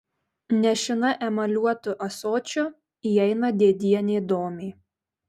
nešina emaliuotu ąsočiu įeina dėdienė domė